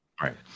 Right